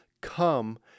come